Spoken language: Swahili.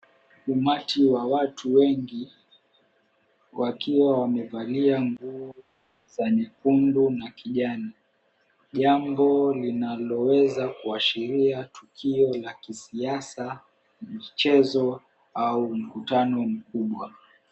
Umati wa watu wengi wakiwa wamevalia nguo za nyekundu na kijani. Jambo linaloweza kuashiria tukio la kisiasa, michezo au mkutano mkubwa.